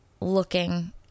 looking